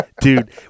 Dude